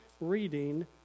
reading